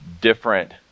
different